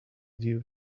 due